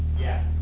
yeah